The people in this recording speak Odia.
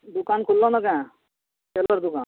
ଦୁକାନ୍ ଖୁଲ୍ଲନ କେଁ ଟେଲର୍ ଦୁକାନ୍